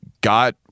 got